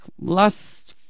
last